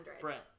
Brent